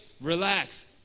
relax